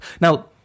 Now